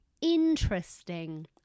Interesting